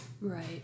Right